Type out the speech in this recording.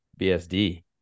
BSD